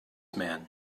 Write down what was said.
man